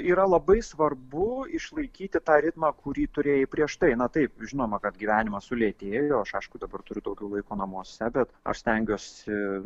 yra labai svarbu išlaikyti tą ritmą kurį turėjai prieš tai na taip žinoma kad gyvenimas sulėtėjo aš aišku dabar turiu daugiau laiko namuose bet aš stengiuosi